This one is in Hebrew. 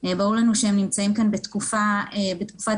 ברור לנו שהם נמצאים כאן בתקופת משבר,